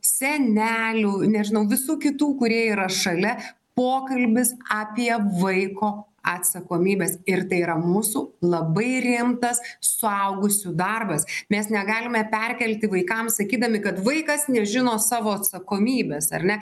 senelių nežinau visų kitų kurie yra šalia pokalbis apie vaiko atsakomybes ir tai yra mūsų labai rimtas suaugusių darbas mes negalime perkelti vaikams sakydami kad vaikas nežino savo atsakomybės ar ne